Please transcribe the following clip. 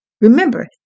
Remember